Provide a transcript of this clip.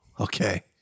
Okay